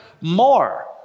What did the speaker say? more